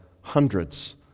hundreds